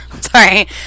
Sorry